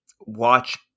watch